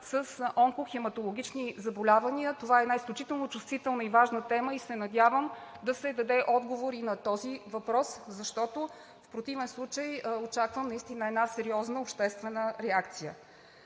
с онкохематологични заболявания. Това е една изключително чувствителна и важна тема. Надявам се да се даде отговор и на този въпрос, защото в противен случай очаквам наистина една сериозна обществена реакция.